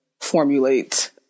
formulate